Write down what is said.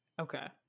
okay